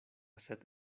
sed